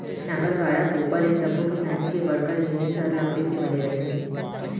नांगर, गाड़ा, कोपर ए सब्बो किसानी के बड़का जिनिस हर लकड़ी के बने रथे